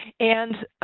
and